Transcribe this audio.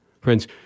Friends